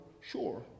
sure